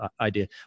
idea